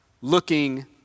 looking